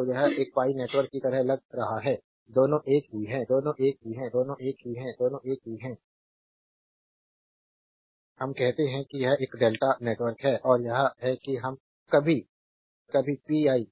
तो यह एक pi नेटवर्क की तरह लग रहा है दोनों एक ही हैं दोनों एक ही हैं दोनों एक ही हैं दोनों एक ही हैं दोनों एक ही हैं हम कहते हैं कि यह एक डेल्टा नेटवर्क है और यह है कि हम कभी कभी पीआई